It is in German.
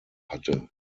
hatte